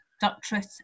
doctorate